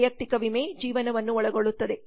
ವೈಯಕ್ತಿಕ ವಿಮೆ ಜೀವನವನ್ನು ಒಳಗೊಳ್ಳುತ್ತದೆ